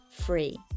free